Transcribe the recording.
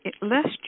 lest